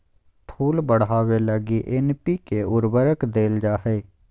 फूल बढ़ावे लगी एन.पी.के उर्वरक देल जा हइ